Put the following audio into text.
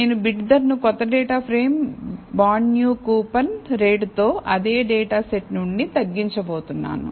నేను బిడ్ ధరను క్రొత్త data frame bond new coupon రేటుతో అదే డేటా సెట్నుండి తగ్గించబోతున్నాను